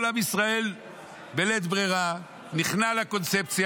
כל עם ישראל בלית ברירה נכנע לקונספציה,